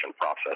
process